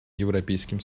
европейским